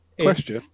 Question